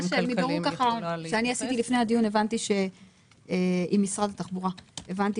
מבירור שעשיתי עם משרד התחבורה לפני הדיון הבנתי